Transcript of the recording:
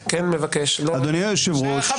אדוני היושב ראש.